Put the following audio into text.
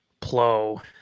Plo